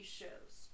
shows